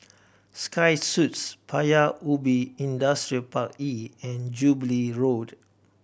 Sky Suites Paya Ubi Industrial Park E and Jubilee Road